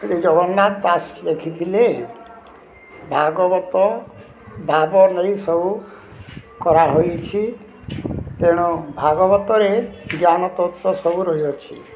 ଏ ଜଗନ୍ନାଥ ଦାସ ଲେଖିଥିଲେ ଭାଗବତ ଭାବ ନେଇ ସବୁ କରାହୋଇଛି ତେଣୁ ଭାଗବତରେ ଜ୍ଞାନତତ୍ଵ ସବୁ ରହିଅଛି